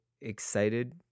excited